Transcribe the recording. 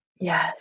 yes